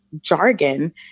jargon